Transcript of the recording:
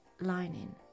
lining